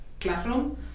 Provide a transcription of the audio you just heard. classroom